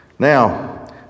Now